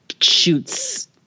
shoots